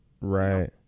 Right